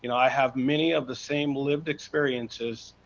and i have many of the same lived experiences,